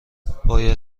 باید